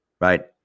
right